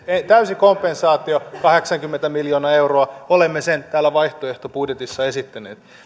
täysi kompensaatio kahdeksankymmentä miljoonaa euroa olemme sen täällä vaihtoehtobudjetissa esittäneet